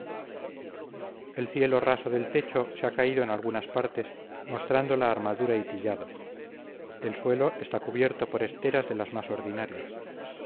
el cielo raso del techo se ha caído en algunas partes mostrando la armadura y tillado el suelo está cubierto por esteras de las más ordinarias